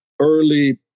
early